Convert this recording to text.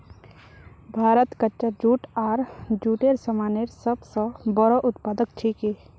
भारत कच्चा जूट आर जूटेर सामानेर सब स बोरो उत्पादक छिके